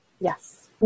Yes